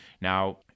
Now